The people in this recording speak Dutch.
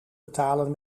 betalen